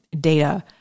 data